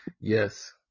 yes